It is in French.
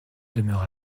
demeura